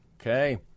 Okay